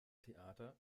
theater